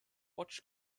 watch